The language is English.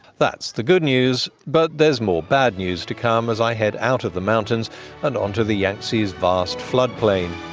that's the good news. but there's more bad news to come as i head out of the mountains and onto the yangtze's vast floodplain.